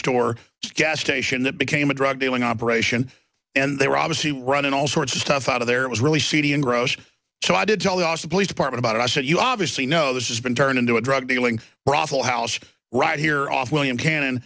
store gas station that became a drug dealing operation and they were obviously running all sorts of stuff out of there it was really seedy and gross so i did tell the austin police department about it i said you obviously know this has been turned into a drug dealing brothel house right here off william cannon